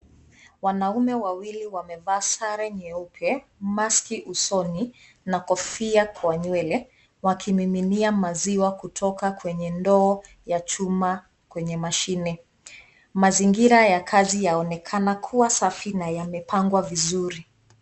Wanaume wawili wamevaa sare nyeupe, maski usoni, na kofia kwa nywele, wakimiminia maziwa kutoka kwenye ndoo ya chuma kutoka kwenye mashine. Mazingira ya kazi yaonekana kuwa safi na yamepangwa vizuri.